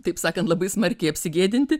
taip sakant labai smarkiai apsigėdinti